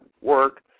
work